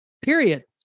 Period